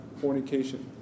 fornication